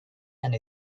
and